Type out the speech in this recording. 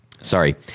Sorry